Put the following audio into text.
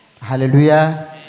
Hallelujah